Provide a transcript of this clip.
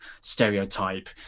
stereotype